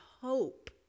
hope